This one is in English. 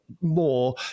More